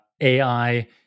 AI